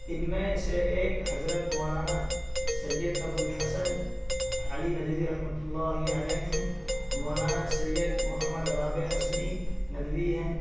ان میں سے ایک حضرت مولانا سید ابو الحسن علی ندوی رحمۃُ اللّہ علیہ ہیں مولانا سید محمد رابع حسنی ندوی ہیں